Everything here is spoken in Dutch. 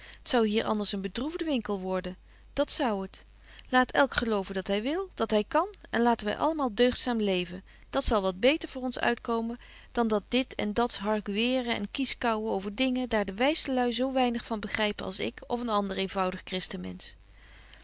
zou hier anders een bedroefde winkel worden dat zou het laat elk geloven dat hy wil dat hy betje wolff en aagje deken historie van mejuffrouw sara burgerhart kan en laten wy allemaal deugdzaam leven dat zal wat beter voor ons uitkomen dan dat dit en dats hargueeren en kieskaauwen over dingen daar de wyste lui zo weinig van begrypen als ik of een ander eenvoudig